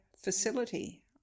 facility